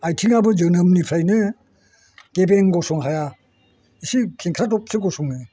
आथिंआबो जोनोमनिफ्रायनो गेबें गसं हाया इसे खेंख्रादबसो गसङो